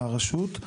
מהרשות,